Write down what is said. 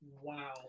Wow